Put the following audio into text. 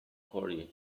curry